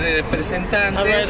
representantes